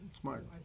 Smart